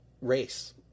race